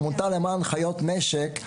העמותה למען חיות משק,